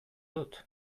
dut